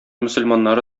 мөселманнары